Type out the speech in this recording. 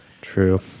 true